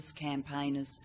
campaigners